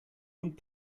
und